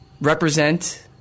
represent